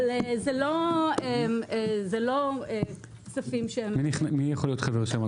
אבל זה לא כספים שהם --- מי יכול להיות חבר שם?